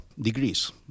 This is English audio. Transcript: degrees